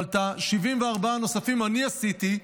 אבל את 74 הימים הנוספים אני עשיתי,